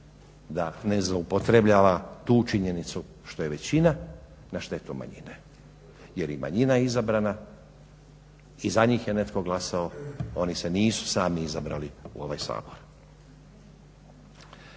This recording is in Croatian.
da ne zloupotrebljava tu činjenicu što je većina na štetu manjine, jer i manjina je izabrana i za njih je netko glasao, oni se nisu sami izabrali u ovaj Sabor.